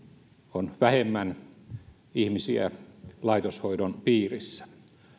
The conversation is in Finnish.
on vähemmän ihmisiä laitoshoidon piirissä